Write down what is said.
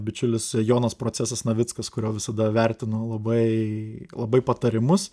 bičiulis jonas procesas navickas kurio visada vertinu labai labai patarimus